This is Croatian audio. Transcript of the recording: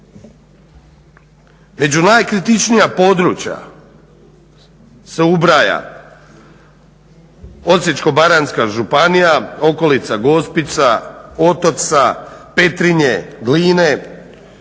Među najkritičnija područja se ubraja Osječko-baranjska županija, okolica Gospića, Otočca, Petrinje, Gline